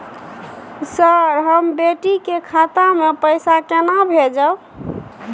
Sir, हम बेटी के खाता मे पैसा केना भेजब?